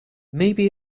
maybe